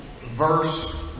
verse